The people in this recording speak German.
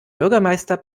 bürgermeister